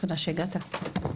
תודה שהגעת.